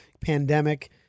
pandemic